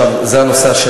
עכשיו זה הנושא,